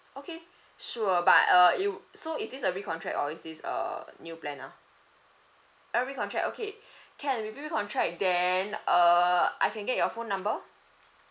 okay sure but uh it so is this a recontract or is this a new plan ah a recontract okay can if you recontract then err I can get your phone number